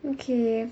okay